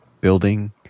building